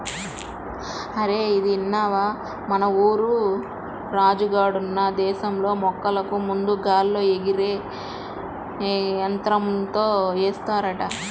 అరేయ్ ఇదిన్నవా, మన ఊరు రాజు గాడున్న దేశంలో మొక్కలకు మందు గాల్లో ఎగిరే యంత్రంతో ఏస్తారంట